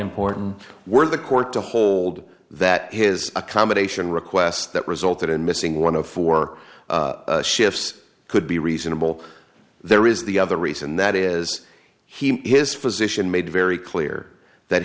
important were the court to hold that his accommodation requests that resulted in missing one of four shifts could be reasonable there is the other reason that is he his physician made very clear that